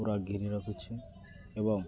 ପୁରା ଘେରି ରଖୁଛି ଏବଂ